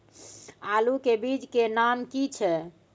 आलू के बीज के नाम की छै?